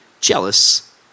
jealous